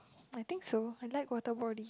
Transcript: I think so I like water body